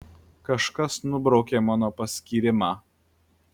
kažkas nubraukė mano paskyrimą